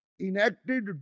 enacted